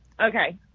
Okay